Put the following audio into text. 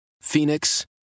Phoenix